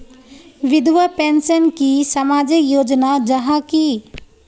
विधवा पेंशन की सामाजिक योजना जाहा की?